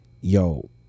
yo